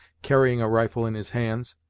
carrying a rifle in his hands.